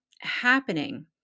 happening